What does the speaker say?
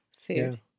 food